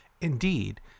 Indeed